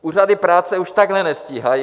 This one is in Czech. Úřady práce už takhle nestíhají.